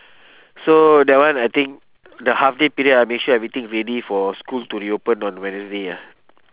so that one I think the half day period ah make sure everything ready for school to reopen on wednesday ah